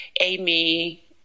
Amy